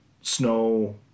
Snow